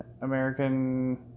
American